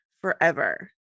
forever